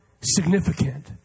significant